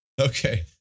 okay